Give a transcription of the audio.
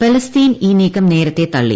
Palestine ഈ നീക്കം നേരത്തെ തള്ളി